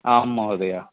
आं महोदय